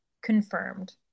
confirmed